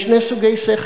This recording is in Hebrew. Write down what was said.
יש שני סוגי שכל.